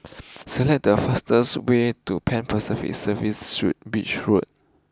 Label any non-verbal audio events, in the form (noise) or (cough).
(noise) select the fastest way to Pan Pacific Serviced Suites Beach Road